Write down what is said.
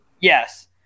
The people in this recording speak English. Yes